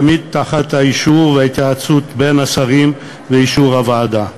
תמיד תחת האישור וההתייעצות בין השרים ואישור הוועדה.